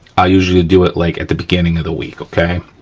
i'll usually do it like at the beginning of the week, okay.